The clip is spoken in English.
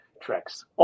tricks